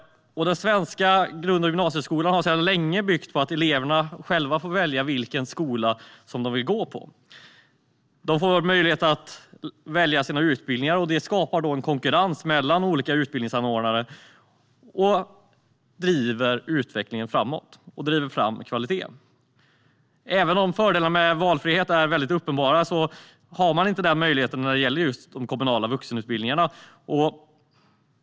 Den svenska grund och gymnasieskolan har sedan länge byggt på att eleverna själva får välja vilken skola som de vill gå på. De får möjlighet att välja utbildning, och det skapar en konkurrens mellan olika utbildningsanordnare och driver utvecklingen framåt och driver fram kvaliteten. Även om fördelarna med valfrihet är uppenbara finns inte den möjligheten när det gäller de kommunala vuxenutbildningarna.